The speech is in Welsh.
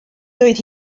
doedd